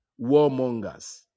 Warmongers